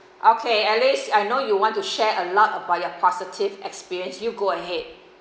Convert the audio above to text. okay alice I know you want to share a lot about your positive experience you go ahead